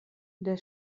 der